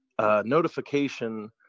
notification